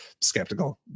skeptical